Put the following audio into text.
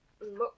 look